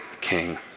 king